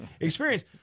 experience